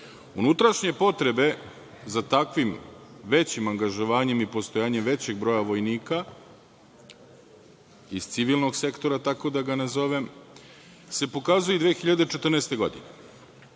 potrebe za takvim većim angažovanjem i postojanjem većeg broja vojnika iz civilnog sektora, tako da ga nazovem, se pokazuje i 2014. godine.